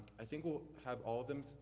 i think we'll have all of them.